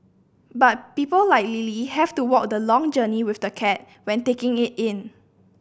but people like Lily have to walk the long journey with the cat when taking it in